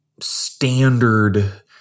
standard